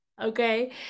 okay